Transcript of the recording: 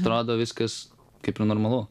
atrodo viskas kaip ir normalu